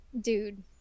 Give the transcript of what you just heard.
dude